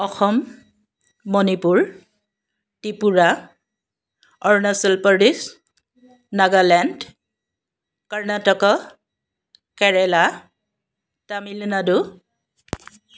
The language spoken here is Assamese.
অসম মণিপুৰ ত্ৰিপুৰা অৰুণাচল প্ৰদেশ নাগালেণ্ড কৰ্ণাটক কেৰেলা তামিলনাডু